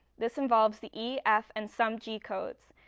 this involves the e, f and some g codes.